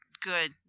Good